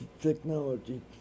technology